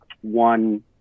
one